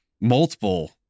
multiple